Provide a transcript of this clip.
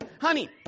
Honey